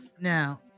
Now